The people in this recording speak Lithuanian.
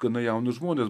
gana jaunus žmones